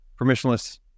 permissionless